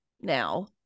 now